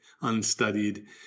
unstudied